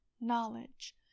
knowledge